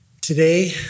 Today